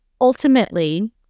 ultimately